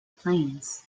planes